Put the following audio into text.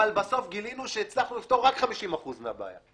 אבל בסוף גילינו שהצלחנו לפתור רק 50% מהבעיה.